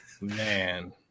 man